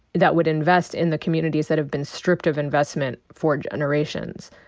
that would invest in the communities that have been stripped of investment for generations.